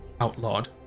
outlawed